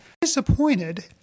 Disappointed